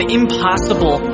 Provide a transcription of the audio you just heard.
impossible